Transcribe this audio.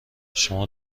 شما